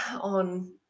on